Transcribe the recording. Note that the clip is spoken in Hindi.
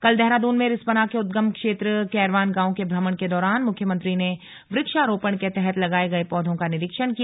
कल देहरादून में रिस्पना के उदगम क्षेत्र कैरवान गांव के भ्रमण के दौरान मुख्यमंत्री ने वृक्षारोपण के तहत लगाये गये पौधों का निरीक्षण किया